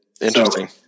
Interesting